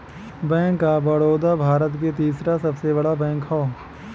bank of Baroda Bharat के तीसरा सबसे बड़ा बैंक हौ